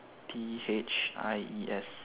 T H I E S